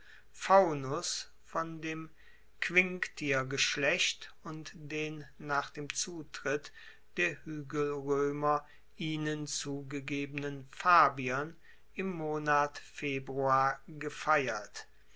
von dem quinctiergeschlecht und den nach dem zutritt der huegelroemer ihnen zugegebenen fabiern im monat februar gefeiert